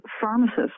pharmacists